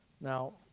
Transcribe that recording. Now